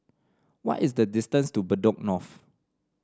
what is the distance to Bedok North